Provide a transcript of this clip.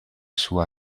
sua